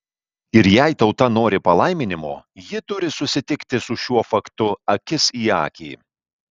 ir jei tauta nori palaiminimo ji turi susitikti su šiuo faktu akis į akį